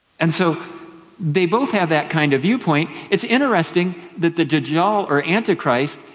and so they both have that kind of viewpoint. it's interesting that the dajjal, or antichrist,